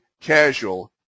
casual